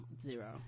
zero